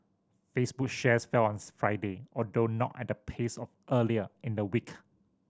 Facebook shares fell on Friday although not at the pace of earlier in the week